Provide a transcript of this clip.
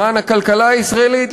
למען הכלכלה הישראלית,